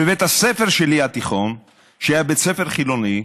בבית הספר התיכון שלי, שהיה בית ספר חילוני,